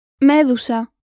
Medusa